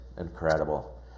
incredible